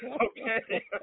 Okay